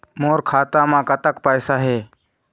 मोर खाता म कतक पैसा हे?